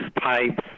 pipes